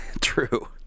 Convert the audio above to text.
True